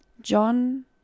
John